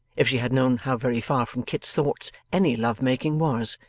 if she had known how very far from kit's thoughts any love-making was.